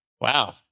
Wow